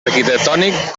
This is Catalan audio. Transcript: arquitectònic